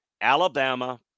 Alabama